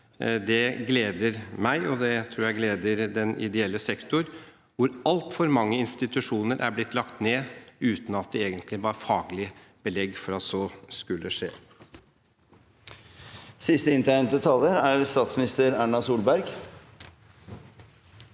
Det gleder meg, og det tror jeg gleder den ideelle sektor, hvor altfor mange institusjoner er blitt lagt ned uten at det egentlig var faglig belegg for at så skulle skje. Statsminister Erna Solberg